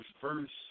first